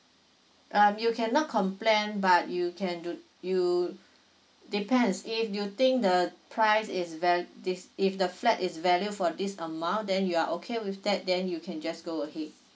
um you cannot complain but you can do you depends if you think the price is val~ this if the flat is value for this amount then you are okay with that then you can just go ahead